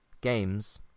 games